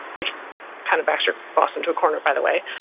which kind of backs your boss into a corner by the way.